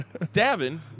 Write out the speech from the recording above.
Davin